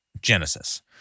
Genesis